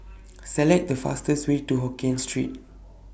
Select The fastest Way to Hokkien Street